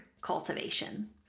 cultivation